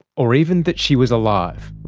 or even that she was alive.